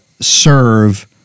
serve